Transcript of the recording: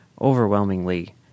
overwhelmingly